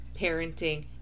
parenting